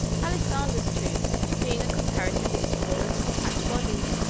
alexander's troops, being a comparatively small and compact body,